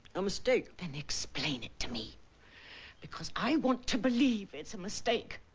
a mistake! then explain it to me because i want to believe it's a mistake.